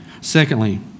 Secondly